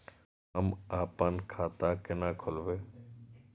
हम आपन खाता केना खोलेबे?